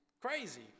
crazy